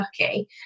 lucky